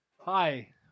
Hi